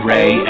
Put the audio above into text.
Ray